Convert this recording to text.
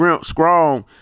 strong